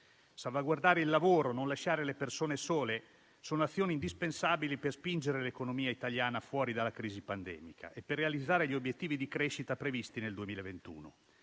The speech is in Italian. Salvaguardare il lavoro e non lasciare le persone sole sono azioni indispensabili per spingere l'economia italiana fuori dalla crisi pandemica e per realizzare gli obiettivi di crescita previsti nel 2021.